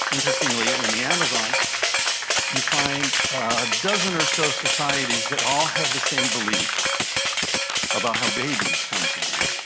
interestingly, in the amazon you find a dozen or so societies that all have the same belief about how babies come to be,